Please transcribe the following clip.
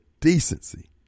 decency